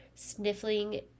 sniffling